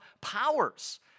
powers